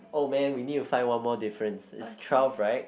oh man we need to find one more difference is twelve right